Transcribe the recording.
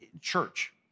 church